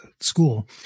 school